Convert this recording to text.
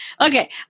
okay